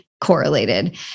correlated